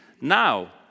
Now